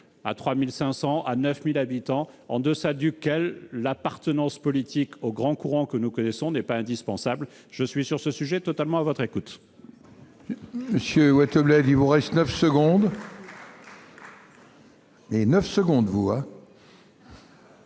3 500 ou 9 000 habitants, en deçà duquel l'appartenance politique aux grands courants que nous connaissons n'est pas indispensable. Je suis, sur ce sujet, totalement à votre écoute.